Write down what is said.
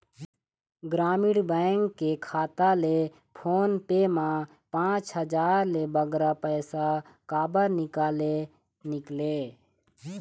ग्रामीण बैंक के खाता ले फोन पे मा पांच हजार ले बगरा पैसा काबर निकाले निकले?